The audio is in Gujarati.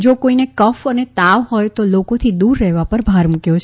જો કોઇને કફ અને તાવ હોય તો લોકોથી દુર રહેવા પર ભાર મુકથો છે